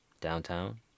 downtown